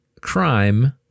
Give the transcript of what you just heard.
crime